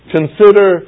Consider